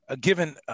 given